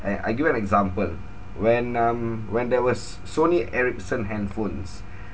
eh I give you an example when um when there was sony ericsson handphones